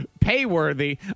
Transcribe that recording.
payworthy